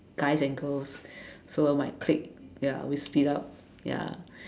guys and girls so my clique ya we split up ya